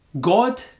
God